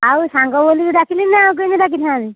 ଆଉ ସାଙ୍ଗ ବୋଲିିକି ଡ଼ାକିଲି ଆଉ କେମିତି ଡ଼ାକିଥାନ୍ତି